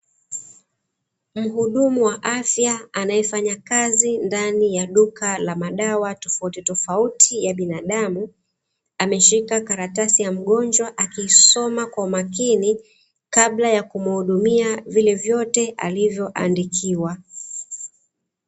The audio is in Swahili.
Mhudumu wa afya anayefanya kazi ndani ya duka la madawa tofautitofuti ya binaadamu, ameshika karatsi ya mgonjwa akiisoma kwa umakini, kabla ya kumhudumia vile vyote alivyoandikiwa.